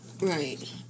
Right